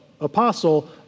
Apostle